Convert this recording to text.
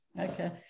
okay